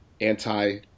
anti